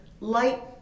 light